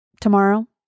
tomorrow